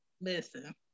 Listen